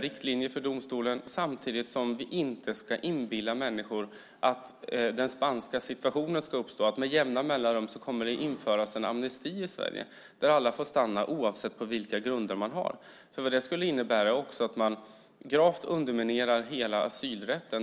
riktlinjer för domstolen. Samtidigt ska vi inte inbilla människor att den spanska situationen ska uppstå, nämligen att det med jämna mellanrum kommer att införas en amnesti i Sverige där alla får stanna oavsett grunder. Det skulle innebära att man gravt underminerar hela asylrätten.